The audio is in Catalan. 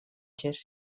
gest